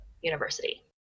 university